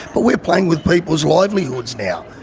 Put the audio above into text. but we're playing with people's livelihoods now,